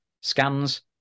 scans